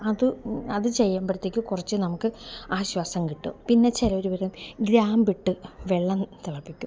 അത് അത് ചെയ്യുമ്പോഴത്തേക്കും കുറച്ചു നമുക്ക് ആശ്വാസം കിട്ടും പിന്നെ ചിലർ പറയും ഗ്രാമ്പു ഇട്ട വെള്ളം തിളപ്പിക്കും